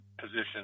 position